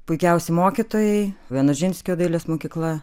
puikiausi mokytojai vienožinskio dailės mokykla